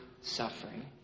suffering